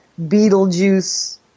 Beetlejuice